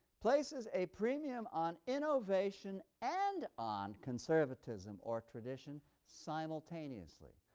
places a premium on innovation and on conservatism, or tradition, simultaneously.